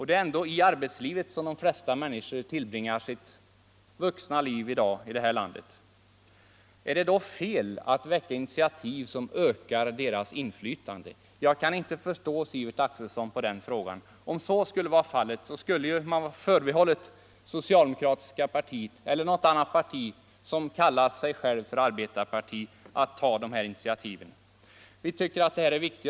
Det är ändå inom arbetslivet som de flesta människor i dag tillbringar större delen av sitt vuxna liv, och man är i högsta grad beroende av de beslut som där fattas. Är det då fel av folkpartiet att ta initiativ som ökar deras inflytande? Jag kan inte förstå herr Sivert Andersson på den punkten. Om så skulle vara fallet, skulle det vara förbehållet socialdemokratiska partiet eller något annat parti, som kallar sig självt för arbetarparti, att ta de här initiativen. Vi tycker att det här är viktigt, därför för vi fram våra idéer utan att vänta på andra.